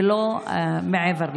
ולא מעבר לזה.